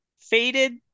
faded